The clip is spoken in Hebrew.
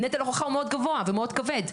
נטל ההוכחה הוא מאוד גבוה ומאוד כבד.